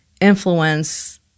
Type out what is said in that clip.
influence